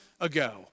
ago